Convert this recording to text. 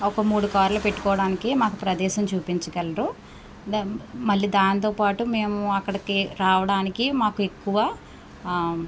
ఒక మూడు కార్లు పెట్టుకోవడానికి మాకు ప్రదేశం చూపించగలరు మళ్ళీ దానితోపాటు మేము అక్కడికి రావడానికి మాకు ఎక్కువ